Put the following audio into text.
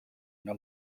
una